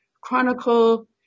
Chronicle